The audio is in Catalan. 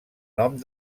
nom